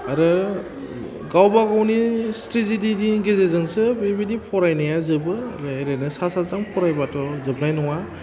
बो एरैनो सा सास्रां फरायबाथ' जोबनाय नङा